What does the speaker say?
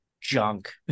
junk